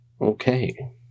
Okay